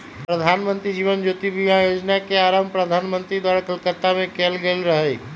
प्रधानमंत्री जीवन ज्योति बीमा जोजना के आरंभ प्रधानमंत्री द्वारा कलकत्ता में कएल गेल रहइ